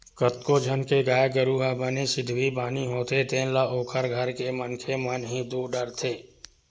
कतको झन के गाय गरु ह बने सिधवी बानी होथे तेन ल ओखर घर के मनखे मन ह ही दूह डरथे